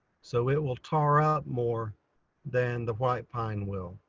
so it will tar up more than the white pine will.